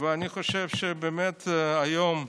ואני חושב שבאמת היום,